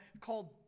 called